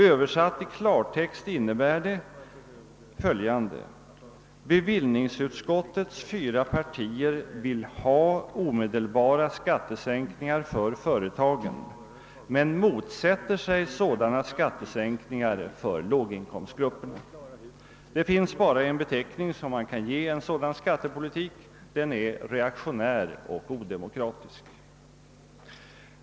Översatt i klartext innebär den att bevillningsutskottets fyra partier vill ha omedelbara skattesänkningar för företagen men motsätter sig sådana för låginkomstgrupperna. Det finns bara en beteckning som man kan ge en sådan skattepolitik. Den är reaktionär och odemokratisk.